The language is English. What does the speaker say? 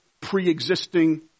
pre-existing